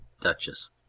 Duchess